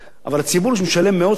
שמשלם מאות שקלים לחודש,